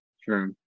Sure